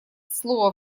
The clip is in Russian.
слово